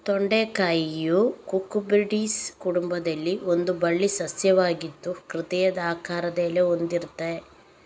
ತೊಂಡೆಕಾಯಿಯು Cucurbitaceae ಕುಟುಂಬದಲ್ಲಿ ಒಂದು ಬಳ್ಳಿ ಸಸ್ಯವಾಗಿದ್ದು ಹೃದಯದ ಆಕಾರದ ಎಲೆ ಹೊಂದಿರ್ತದೆ